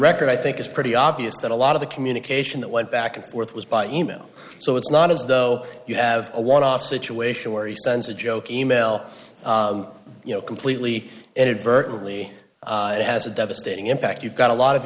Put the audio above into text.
record i think it's pretty obvious that a lot of the communication that went back and forth was by e mail so it's not as though you have a one off situation where he sends a joke e mail you know completely inadvertently it has a devastating impact you've got a lot of